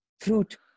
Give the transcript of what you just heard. fruit